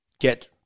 get